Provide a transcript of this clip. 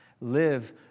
Live